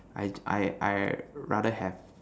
I I I rather have